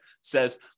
says